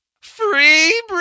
Free